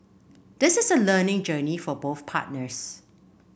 this is a learning journey for both partners